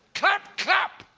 clap clap!